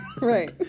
Right